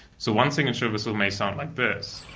so one signature whistle may sound like this